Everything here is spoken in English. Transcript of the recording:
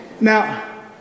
Now